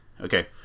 Okay